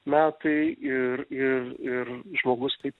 metai ir ir ir žmogus taip